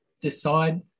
decide